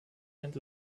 and